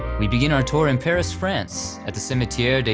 we begin our tour in paris, france, at the cimetiere des